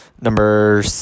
Number